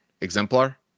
exemplar